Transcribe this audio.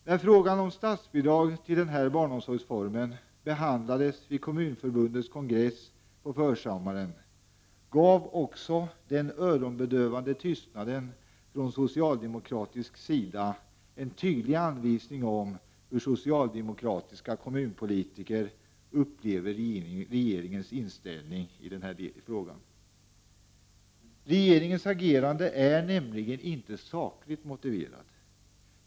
När frågan om statsbidrag till denna barnomsorgsform behandlades vid Kommunförbundets kongress på försommaren gav också den öronbedövande tystnaden från socialdemokratisk sida en tydlig anvisning på hur socialdemokratiska kommunpolitiker upplever regeringens inställning i denna fråga. Regeringens agerande är nämligen inte sakligt motiverat.